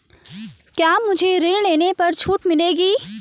क्या मुझे ऋण लेने पर छूट मिलेगी?